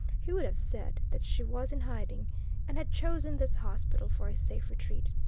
he would have said that she was in hiding and had chosen this hospital for a safe retreat.